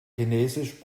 chinesisch